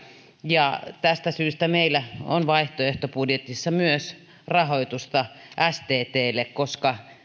tästä syystä meillä on vaihtoehtobudjetissa rahoitusta myös sttlle koska